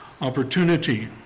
opportunity